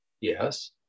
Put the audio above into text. Yes